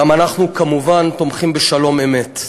גם אנחנו, כמובן, תומכים בשלום אמת.